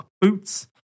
boots